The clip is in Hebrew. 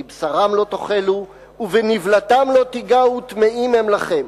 מבשרם לא תאכלו ובנבלתם לא תגעו טמאים הם לכם",